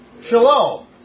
shalom